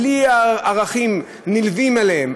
בלי ערכים נלווים אליהם,